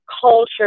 culture